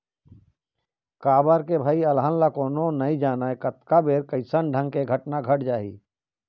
काबर के भई अलहन ल कोनो नइ जानय कतका बेर कइसन ढंग के घटना घट जाही